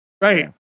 Right